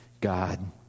God